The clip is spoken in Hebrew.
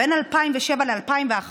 בין 2007 ל-2011,